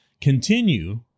continue